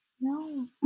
No